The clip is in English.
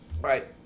right